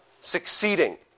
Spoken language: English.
succeeding